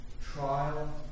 trial